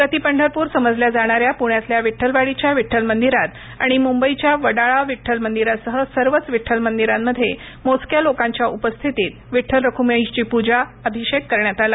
प्रति पंढरपूर समजल्या जाणाऱ्या पुण्यातल्या विठ्ठलवाडीच्या विठ्ठल मंदिरात आणि मुंबईच्या वडाळा विठ्ठल मंदिरासह सर्वच विठ्ठल मंदिरांत मोजक्या लोकांच्या उपस्थितीत विठ्ठल रखुमाईची पूजा अभिषेक करण्यात आला